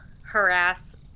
harass